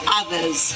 others